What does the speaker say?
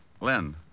Lynn